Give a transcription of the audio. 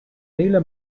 míle